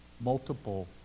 multiple